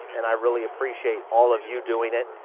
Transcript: and i really appreciate all of you doing it.